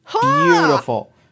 Beautiful